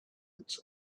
its